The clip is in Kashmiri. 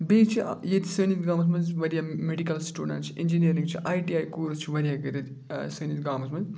بیٚیہِ چھِ ییٚتہِ سٲنِس گامَس مَنٛز واریاہ میڈِکَل سٹوٗڈَنٛٹ چھِ اِنجیٖنٔرِنٛگ چھِ آی ٹی آی کورٕس چھِ واریاہ کٔرِتھ سٲنِس گامَس منٛز